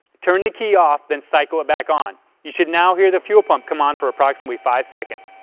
turn the key off, the and cycle it back on, you should now hear the fuel pump come on for approximately five seconds.